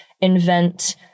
invent